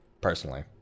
Personally